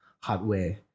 hardware